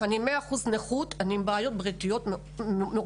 אני עם 100% נכות ועם בעיות בריאותיות מורכבות